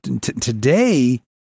today